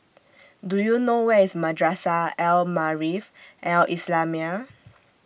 Do YOU know Where IS Madrasah Al Maarif Al Islamiah